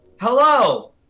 hello